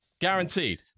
Guaranteed